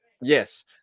Yes